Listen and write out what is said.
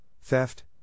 theft